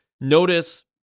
notice